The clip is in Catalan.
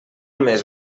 més